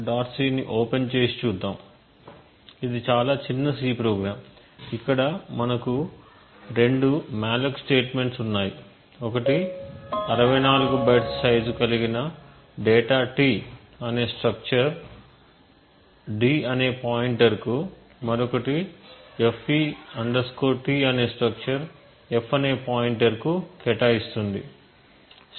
c ని open చేసి చూద్దాం ఇది చాలా చిన్న C ప్రోగ్రామ్ ఇక్కడ మనకు రెండు మాలోక్ స్టేట్మెంట్స్ ఉన్నాయి ఒకటి 64 బైట్స్ సైజు కలిగిన data t అనే స్ట్రక్చర్ d అనే పాయింటర్ కు మరొకటి fp t అనే స్ట్రక్చర్ f అనే పాయింటర్ కు కేటాయిస్తుంది